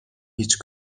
هیچ